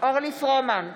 אורלי פרומן,